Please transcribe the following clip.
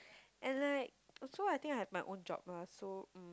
and like also I think I have my own job ah so mm